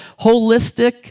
holistic